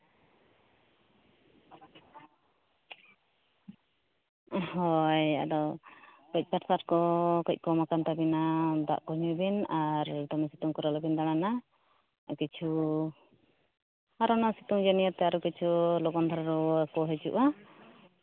ᱦᱳᱭ ᱟᱫᱚ ᱠᱟᱹᱡ ᱯᱨᱮᱥᱟᱨ ᱠᱚ ᱠᱟᱹᱡ ᱠᱚᱢᱟᱠᱟᱱ ᱛᱟᱵᱤᱱᱟ ᱫᱟᱜ ᱠᱚ ᱧᱩᱭ ᱵᱤᱱ ᱟᱨ ᱫᱚᱢᱮ ᱥᱤᱛᱩᱝ ᱠᱚᱨᱮ ᱟᱞᱚᱵᱤᱱ ᱫᱟᱬᱟᱱᱟ ᱟᱨ ᱠᱤᱪᱷᱩ ᱟᱨ ᱚᱱᱟ ᱥᱤᱛᱩᱝ ᱤᱭᱟᱹᱛᱮ ᱟᱨ ᱠᱤᱪᱷᱩ ᱞᱚᱜᱚᱱ ᱫᱷᱟᱨᱟ ᱨᱩᱣᱟᱹ ᱠᱚ ᱦᱤᱡᱩᱜᱼᱟ